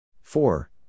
Four